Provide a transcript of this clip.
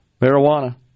marijuana